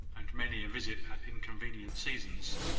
and many a visit at inconvenient seasons,